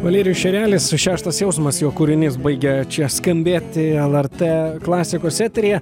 valerijus šerelis šeštas jausmas jo kūrinys baigia čia skambėti lrt klasikos eteryje